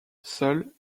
seul